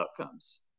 outcomes